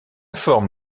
forme